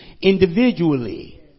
individually